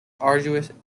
arduous